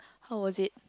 how was it